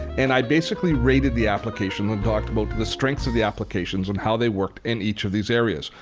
and i basically rated the applications and talked about the strengths of the applications and how they worked in each of these areas.